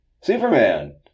Superman